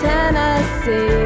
Tennessee